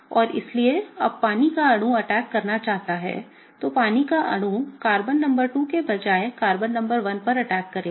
और इसलिए जब पानी का अणु अटैक करना चाहता है तो पानी का अणु कार्बन नंबर 2 के बजाय कार्बन नंबर 1 पर अटैक करेगा